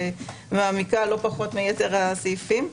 מעמיקה לא פחות מיתר הסעיפים.